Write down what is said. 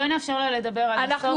בואי נאפשר לה לדבר עד הסוף.